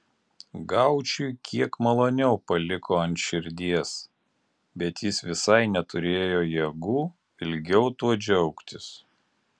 gaučiui kiek maloniau paliko ant širdies bet jis visai neturėjo jėgų ilgiau tuo džiaugtis